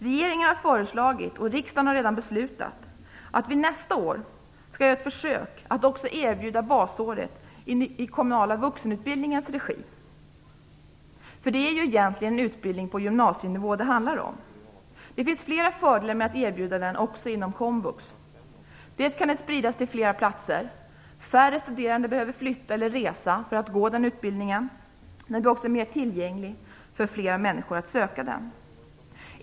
Regeringen har föreslagit och riksdagen har redan beslutat att vi nästa år skall göra ett försök att också erbjuda basåret i den kommunala vuxenutbildningens regi. Det är egentligen en utbildning på gymnasienivå som det handlar om. Det finns flera fördelar med att erbjuda den också inom komvux. Den kan spridas till flera platser, och färre studerande behöver flytta eller resa för att gå den utbildningen. Den blir också mer tillgänglig för flera människor att söka.